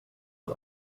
het